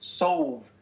solve